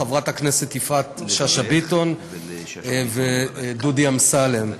וחברת הכנסת יפעת שאשא ביטון ודודי אמסלם.